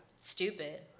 stupid